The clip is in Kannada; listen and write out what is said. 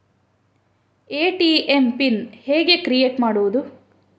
ಎ.ಟಿ.ಎಂ ಪಿನ್ ಹೇಗೆ ಕ್ರಿಯೇಟ್ ಮಾಡುವುದು?